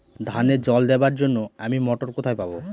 ধানে জল দেবার জন্য আমি মটর কোথায় পাবো?